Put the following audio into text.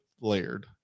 layered